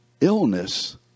illness